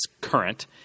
current –